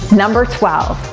number twelve,